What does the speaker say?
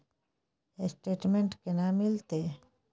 Statement केना मिलते?